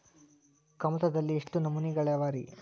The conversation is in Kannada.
ಕಮತದಲ್ಲಿ ಎಷ್ಟು ನಮೂನೆಗಳಿವೆ ರಿ?